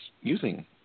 using